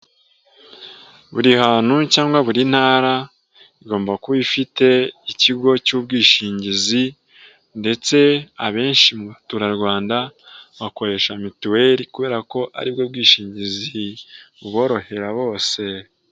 Buri hantu cyangwa buri ntara, igomba kuba ifite ikigo cy'ubwishingizi, ndetse abenshi mu baturarwanda, bakoresha mituweli kubera ko aribwo bwishingizi buborohera bose.